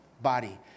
Body